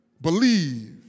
believe